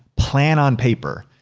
plan on paper.